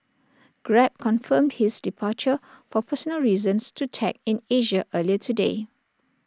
grab confirmed his departure for personal reasons to tech in Asia earlier today